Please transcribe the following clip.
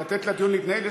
לתת לדיון להתנהל.